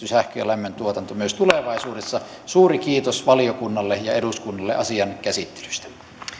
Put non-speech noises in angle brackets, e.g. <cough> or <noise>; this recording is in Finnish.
<unintelligible> sähkön ja lämmöntuotanto myös tulevaisuudessa suuri kiitos valiokunnalle ja eduskunnalle asian käsittelystä